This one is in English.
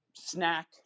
snack